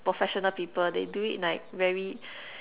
professional people they do it like very